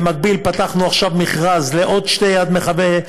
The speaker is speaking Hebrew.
במקביל פתחנו עכשיו מכרז לעוד שני "יד מכוונת"